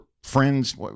Friends